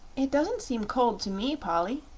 it doesn't seem cold to me, polly,